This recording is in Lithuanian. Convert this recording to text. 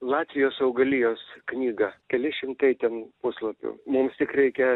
latvijos augalijos knygą keli šimtai ten puslapių mums tik reikia